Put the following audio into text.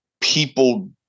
people